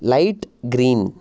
light green